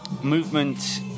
movement